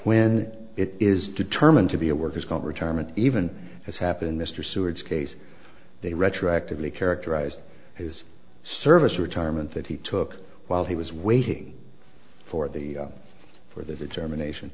when it is determined to be a worker's comp retirement even as happened mr seward's case they retroactively characterized his service retirement that he took while he was waiting for the for the determination